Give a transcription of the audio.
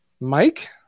mike